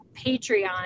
Patreon